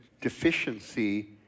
deficiency